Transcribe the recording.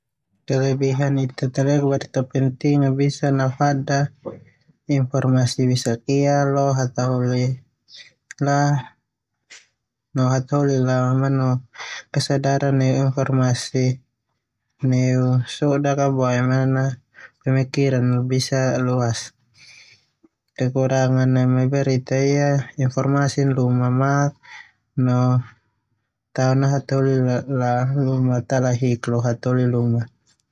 Kelebihaan ita talelak berita penting, biasa nafada informasi besak ia lo hataholi. Hataholi la manu duduafik neu informasi neu sodak boema nanu pemikiran luas. Kekurangan neme berita ia kadang informasi luma makno tao na hataholi ta nahik hataholi luma.